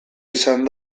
izan